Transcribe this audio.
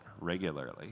regularly